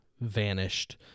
vanished